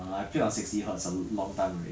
it's like nine hundred dollars leh